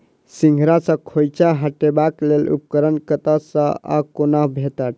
सिंघाड़ा सऽ खोइंचा हटेबाक लेल उपकरण कतह सऽ आ कोना भेटत?